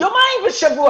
יומיים בשבוע.